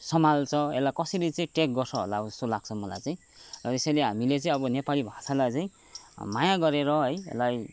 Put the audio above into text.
सम्हाल्छ यसलाई कसरी चाहिँ टेक गर्छ होला जस्तो लाग्छ मलाई चाहिँ यसैले हामीले चाहिँ अब नेपाली भाषालाई चाहिँ माया गरेर है यसलाई